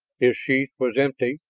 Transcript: his sheath was empty,